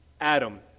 Adam